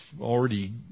already